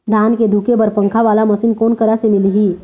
धान धुके बर पंखा वाला मशीन कोन करा से मिलही?